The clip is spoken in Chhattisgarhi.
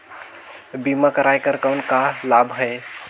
बीमा कराय कर कौन का लाभ है?